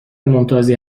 ممتازی